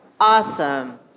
Awesome